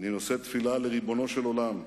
אני נושא תפילה לריבונו של עולם,